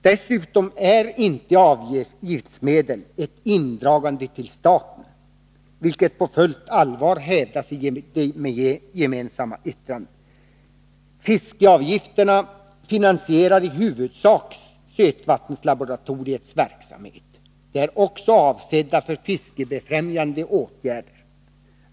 Dessutom är inte avgiftsmedel ett indragande till staten, vilket på fullt allvar hävdas i det gemensamma yttrandet. Fiskeavgifterna finansierar i huvudsak sötvattenlaboratoriets verksamhet. De är också avsedda för fiskebefrämjande åtgärder.